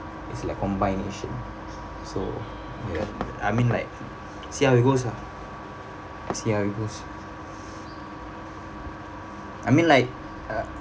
it's like combination so ya I mean like see how it goes lah see how it goes I mean like uh